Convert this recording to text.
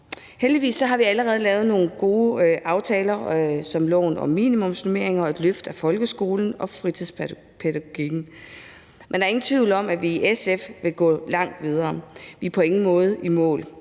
Heldigvis har vi allerede lavet nogle gode aftaler som loven om minimumsnormeringer og et løft af folkeskolen og fritidspædagogikken. Men der er ingen tvivl om, at vi i SF vil gå langt videre. Vi er på ingen måde i mål.